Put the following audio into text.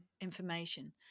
information